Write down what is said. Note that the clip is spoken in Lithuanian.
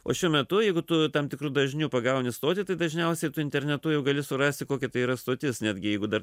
o šiuo metu jeigu tu tam tikru dažniu pagauni stotį tai dažniausiai internetu jau gali surasti kokia tai yra stotis netgi jeigu dar